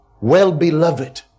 well-beloved